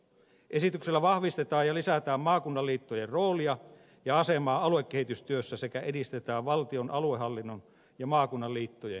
esityksellä vahvistetaan ja lisätään maakunnan liittojen roolia ja asemaa aluekehitystyössä sekä edistetään valtion aluehallinnon ja maakunnan liittojen yhteistyötä